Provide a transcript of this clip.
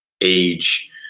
age